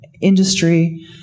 industry